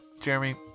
Jeremy